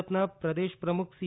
ભાજપના પ્રદેશ પ્રમુખ સી